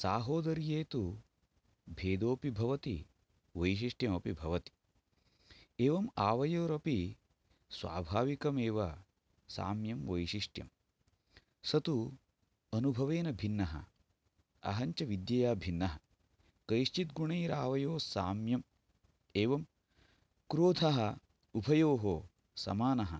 साहोदर्ये तु भेदोपि भवति वैशिष्ट्यमपि भवति एवम् आवयोरपि स्वाभाविकमेव साम्यं वैशिष्ट्यम् स तु अनुभवेन भिन्नः अहं च विद्यया भिन्नः कैश्चिद् गुणैर् आवयोः साम्यम् एवं क्रोधः उभयोः समानः